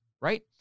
Right